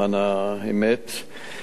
למען האמת,